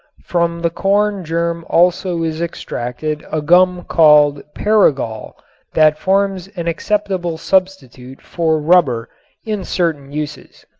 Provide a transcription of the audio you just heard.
from the corn germ also is extracted a gum called paragol that forms an acceptable substitute for rubber in certain uses.